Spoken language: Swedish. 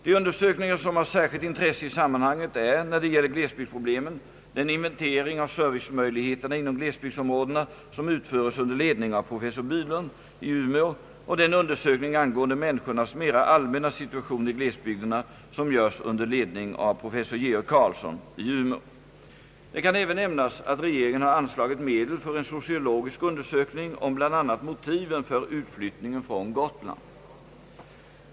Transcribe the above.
De undersökningar som har särskilt intresse i sammanhanget är, när det gäller glesbygdsproblemen, den inventering av servicemöjligheterna inom glesbygdsområdena som utföres under ledning av professor Bylund i Umeå och den undersökning angående människornas mera allmänna situation i glesbygderna som görs under ledning av professor Georg Karlsson i Umeå. Det kan även nämnas att regeringen har anslagit medel för en sociologisk undersökning om bl.a. motiven för utflyttningen från Gotland.